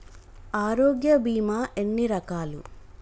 ఆరోగ్య బీమా ఎన్ని రకాలు?